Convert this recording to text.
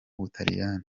butaliyani